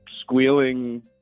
squealing